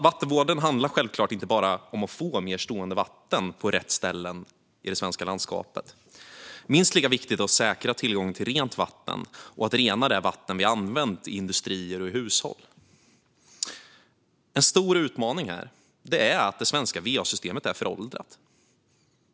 Vattenvården handlar självklart inte bara om att få mer stående vatten på rätt ställen i det svenska landskapet. Minst lika viktigt är att säkra tillgången till rent vatten och att rena det vatten vi använt i industrier och hushåll. En stor utmaning är att det svenska va-systemet är föråldrat.